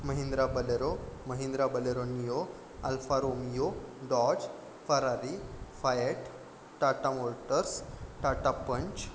Mahindra Bolero Mahindra Bolero Neo Alfa Romeo Dodge Ferrari Fiat Tata Motors Tata Panch